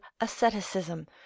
asceticism